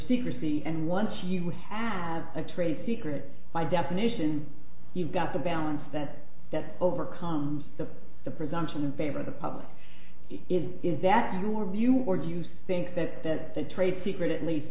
secrecy and once you have a trade secret by definition you've got to balance that that overcomes the the presumption in favor of the public is is that your view or do you think that the trade secret at least